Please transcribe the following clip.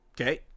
Okay